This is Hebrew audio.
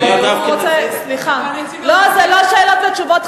זה לא שאלות ותשובות,